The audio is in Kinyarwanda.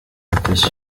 mutesi